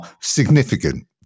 significant